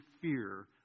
fear